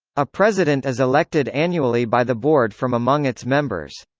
a president is elected annually by the board from among its members.